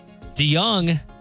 DeYoung